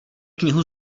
knihu